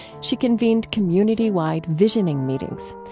she convened community-wide visioning meetings.